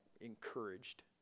encouraged